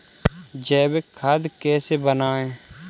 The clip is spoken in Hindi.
जैविक खाद कैसे बनाएँ?